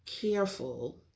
careful